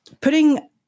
putting